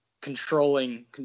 controlling –